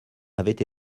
avait